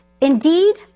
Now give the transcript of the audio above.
indeed